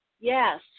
yes